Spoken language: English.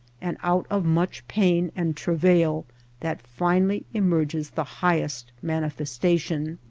and out of much pain and travail that finally emerges the high est manifestation.